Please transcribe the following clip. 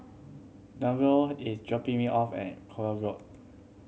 Denver is dropping me off at Koek Road